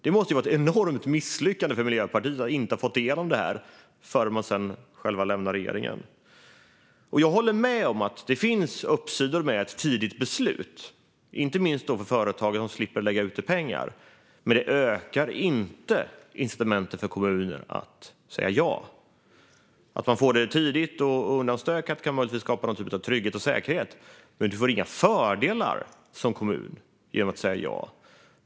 Det måste vara ett enormt misslyckande för Miljöpartiet att inte ha fått igenom detta förrän de själva lämnade regeringen. Jag håller med om att det finns uppsidor med ett tidigt beslut. Det gäller inte minst för företagen som slipper lägga ut pengar. Men det ökar inte incitamenten för kommuner att säga ja. Att man får ett beslut tidigt undanstökat kan möjligtvis skapa någon form av trygghet och säkerhet. Men du får inga fördelar som kommun genom att säga ja.